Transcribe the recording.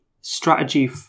strategy